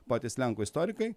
patys lenkų istorikai